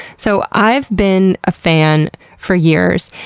so i've been a fan for years,